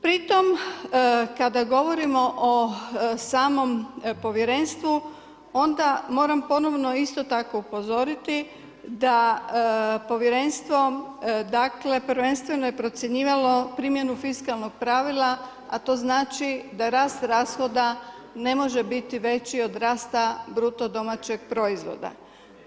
Pri tom kada govorimo o samom povjerenstvu onda moram ponovno isto tako upozoriti da povjerenstvo prvenstveno je procjenjivalo primjenu fiskalnog pravila, a to znači da rast rashoda ne može biti veći od rasta BDP-a.